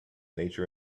nature